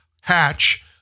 hatch